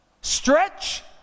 Stretch